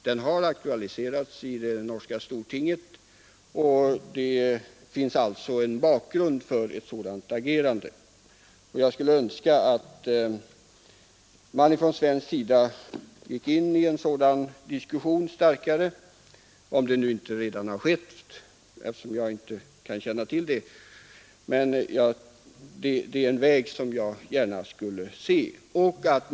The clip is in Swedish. Den har aktualiserats i det norska stortinget, och det finns alltså en bakgrund för ett sådant agerande. Jag skulle önska att man från svensk sida gick starkare in i en sådan diskussion. Det kanske redan har skett — jag kan ju inte känna till det — men det är en väg som jag gärna skulle se att man följde.